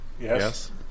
Yes